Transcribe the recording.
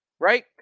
right